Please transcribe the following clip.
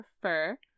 prefer